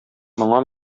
моңа